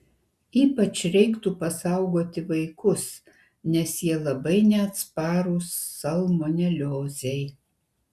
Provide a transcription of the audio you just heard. ypač reiktų pasaugoti vaikus nes jie labai neatsparūs salmoneliozei